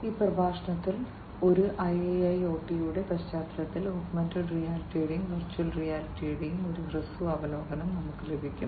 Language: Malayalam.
ഈ പ്രഭാഷണത്തിൽ ഒരു IIoT യുടെ പശ്ചാത്തലത്തിൽ ഓഗ്മെന്റഡ് റിയാലിറ്റിയുടെയും വെർച്വൽ റിയാലിറ്റിയുടെയും ഒരു ഹ്രസ്വ അവലോകനം നമുക്ക് ലഭിക്കും